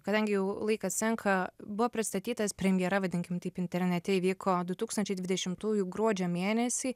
kadangi jau laikas senka buvo pristatytas premjera vadinkim taip internete įvyko du tūktančiai dvidešimtųjų gruodžio mėnesį